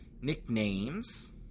nicknames